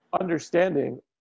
understanding